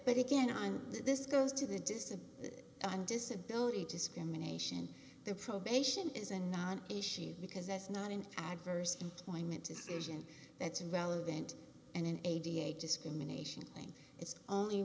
but again i'm this goes to the distant the disability discrimination their probation is a non issue because that's not an adverse employment decision that's relevant and an eighty eight dollars discrimination thing is only